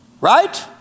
Right